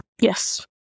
Yes